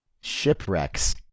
Shipwrecks